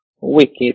wicked